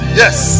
yes